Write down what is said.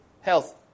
health